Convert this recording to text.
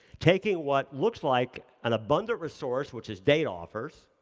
taking what looks like an abundant resource, which is date offers,